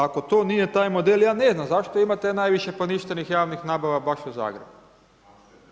Ako to nije taj model, ja ne znam zašto imate najviše poništenih javnih nabava baš u Zagrebu.